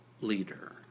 leader